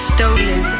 Stolen